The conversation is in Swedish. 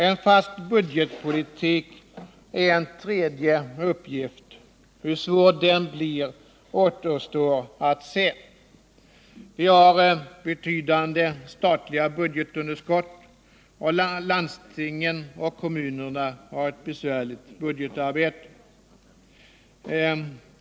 En fast budgetpolitik är en tredje uppgift. Hur svår den blir återstår att se. Vi har betydande statliga budgetunderskott, och landstingen och kommunerna har ett besvärligt budgetarbete.